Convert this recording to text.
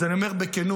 אז אני אומר בכנות,